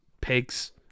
pigs